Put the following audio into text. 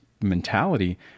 mentality